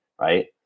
right